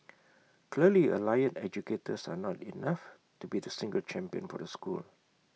clearly allied educators are not enough to be the single champion for the school